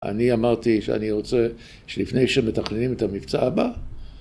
‫אני אמרתי שאני רוצה, ‫שלפני שמתכננים את המבצע הבא...